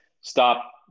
stop